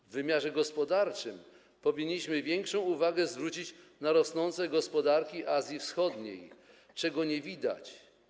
W wymiarze gospodarczym powinniśmy większą uwagę zwrócić na rosnące gospodarki Azji Wschodniej, czego nie widać.